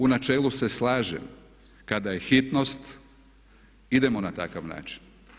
U načelu se slažem kada je hitnost idemo na takav način.